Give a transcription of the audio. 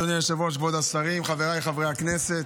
אדוני היושב-ראש, כבוד השרים, חבריי חברי הכנסת,